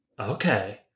Okay